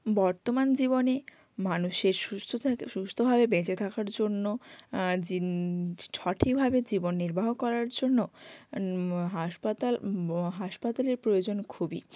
বর্তমান জীবনে মানুষের সুস্থ থাকা সুস্থভাবে বেঁচে থাকার জন্য যে সঠিকভাবে জীবন নির্বাহ করার জন্য হাসপাতাল হাসপাতালের প্রয়োজন খুবই